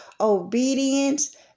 Obedience